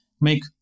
make